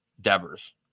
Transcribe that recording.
Devers